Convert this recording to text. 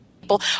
people